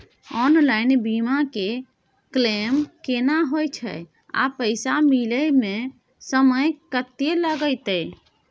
Online बीमा के claim केना होय छै आ पैसा मिले म समय केत्ते लगतै?